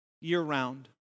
year-round